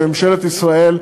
לממשלת ישראל,